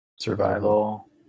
Survival